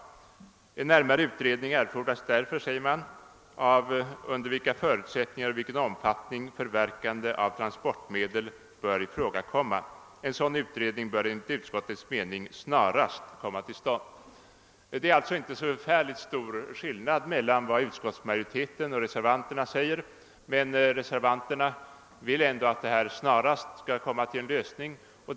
Reservanterna skriver: »En närmare utredning erfordras därför av under vilka förutsättningar och i vilken omfattning förverkande av transportmedel bör ifrågakomma. En sådan utredning bör enligt utskottets mening snarast komma till stånd.» Det är alltså inte så förfärligt stor skillnad mellan = utskottsmajoritetens och reservanternas yrkanden, men reservanterna vill ändå att det snarast skall bli en lösning av denna fråga.